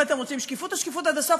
אם אתם רוצים שקיפות, אז שקיפות עד הסוף.